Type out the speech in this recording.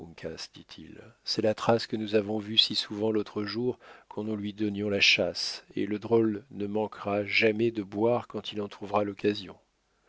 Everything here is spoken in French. c'est la trace que nous avons vue si souvent l'autre jour quand nous lui donnions la chasse et le drôle ne manquera jamais de boire quand il en trouvera l'occasion